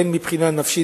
הן מבחינה נפשית,